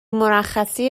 مرخصی